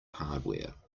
hardware